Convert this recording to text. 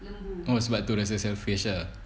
oh sebab tu rasa selfish ah